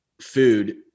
food